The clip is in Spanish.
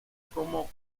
como